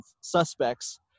suspects